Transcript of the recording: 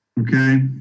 okay